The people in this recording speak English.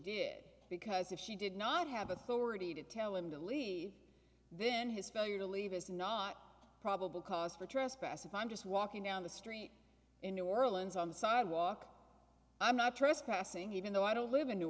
did because if she did not have authority to tell him to leave then his failure to leave is not probable cause for trespass if i'm just walking down the street in new orleans on the sidewalk i'm not trespassing even though i don't live in new